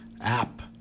app